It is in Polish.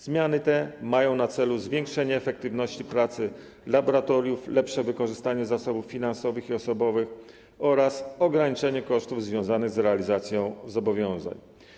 Zmiany te mają na celu zwiększenie efektywności pracy laboratoriów, lepsze wykorzystanie zasobów finansowych i osobowych oraz ograniczenie kosztów związanych z realizacją zobowiązań.